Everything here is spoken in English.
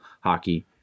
hockey